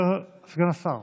סגן השר